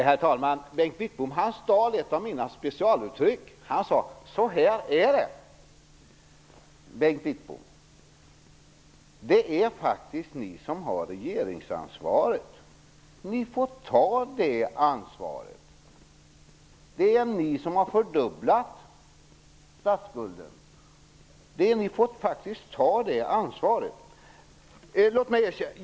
Herr talman! Bengt Wittbom stal ett av mina specialuttryck: Så här är det! Det är faktiskt ni som har regeringsansvaret, och det måste ni ta. Det är ni som har fördubblat statsskulden. Det får ni ta ansvar för.